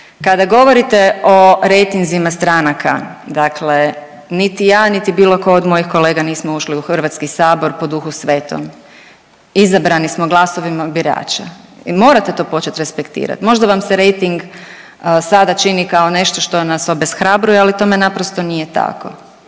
kada govorite o rejtinzima stranaka dakle niti ja niti bilo ko od mojih kolega nismo ušli u HS po Duhu Svetom, izabrani smo glasovima birača i morate to počet respektirat, možda vam se rejting sada čini kao nešto što nas obeshrabruje, ali tome naprosto nije tako.